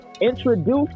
Introduce